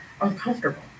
uncomfortable